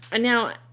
now